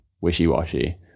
wishy-washy